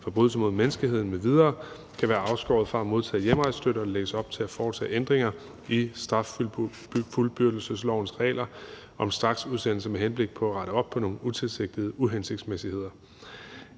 forbrydelser mod menneskeheden m.v., kan være afskåret fra at modtage hjemrejsestøtte, og der lægges op til at foretage ændringer i straffuldbyrdelseslovens regler om straksudsendelser med henblik på at rette op på nogle utilsigtede uhensigtsmæssigheder.